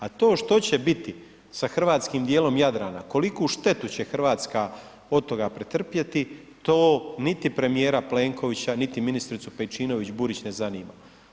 A to što će biti sa hrvatskim dijelom Jadrana, koliku štetu će Hrvatska od toga pretrpjeti to niti premijera Plenkovića, niti ministricu Pejčinović Burić ne zanima.